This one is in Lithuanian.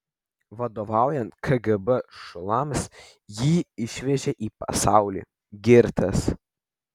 vadovaujant kgb šulams jį išvežė į pasaulį girtis